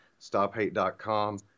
StopHate.com